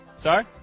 Sorry